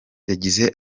yagize